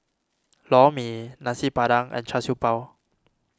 Lor Mee Nasi Padang and Char Siew Bao